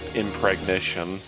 impregnation